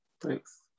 Thanks